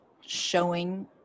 showing